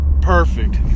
Perfect